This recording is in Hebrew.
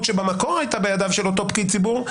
שבמקור הייתה בידיו של אותו פקיד ציבור,